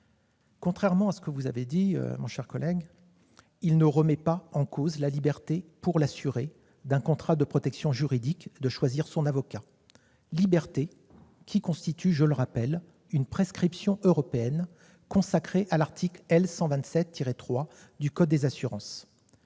Contrairement à ce que vous avez dit, mon cher collègue, il ne remet pas en cause la liberté pour l'assuré d'un contrat de protection juridique de choisir son avocat, liberté qui constitue, je le rappelle, une prescription européenne, consacrée à l'article L. 127-3 du code des assurances.